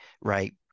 right